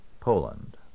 Poland